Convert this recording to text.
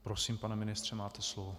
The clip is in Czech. Prosím, pane ministře, máte slovo.